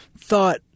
thought